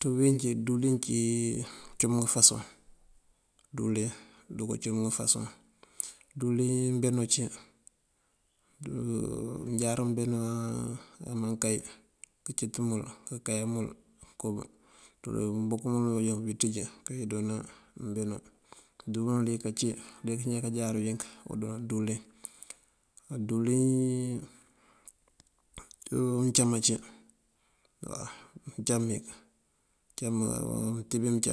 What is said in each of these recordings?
Ţí bëwínjí díwëlin acum ngëfasoŋ. Díwëlin doko acum ngëfasoŋ díwëlin mbeno cí. Mënjár unk mbeno amankay këncëţ mël këkay mël mëmbuk mël mun bunjábun kënţíji keendoona mbeno. Á díwëlin uliyëk ací uliyëk uwí já kajar wink kandoona díwëlin. Á díwëlin mëncam ací waw, mëncam mí, mëncam këtíb mink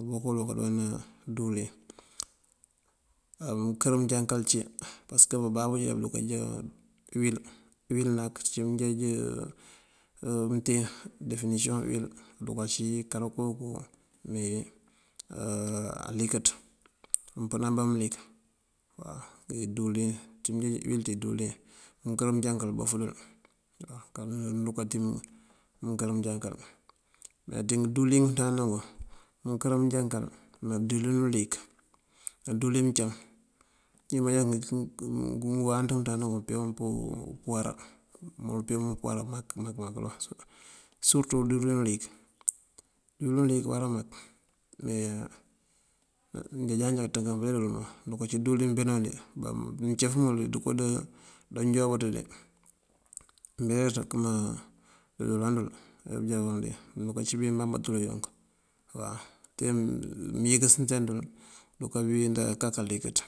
ubuk wul wun kandoona díwëlin. Á mënkër mënjankal cí pasëk bababú já bunkajá uwil. Uwil nak uncí mënjeej, mënteen definisiyon uwil dukací kara kooku mee alinkiţ mëmpën ambá mëlik waw. Díwëlin, uncí mënjeej uwil dí diwëlin mënkër mënjankal abof dël, far mee mëndu katim mënkër mënjákal. Me ţí díwëlin ngëmënţandana ngun mënkër mënjankal ná díwëlin uliyëk ná díwëlin mëncam njí manjá ngëwáanţ ngëmënţandana ngun peengu pëwará ngumpee ngun pëwará mak mak surëtu díwëlin uliyëk. Díwëlin uliyëk awará mak me njá jáaţ njá kaţënkan pëwel dël dika ací díwëlin mbeno dí. Mëncaf mël dí dënko ndajuwáabëţ dí mbeeraţ këma iyolan dël ajá bunjá joolandin aruka ací mi mbamba tulo ngun waw tee mënyëkësaţan dul këdukabí win da kak alikiţ.